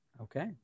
Okay